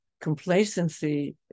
complacency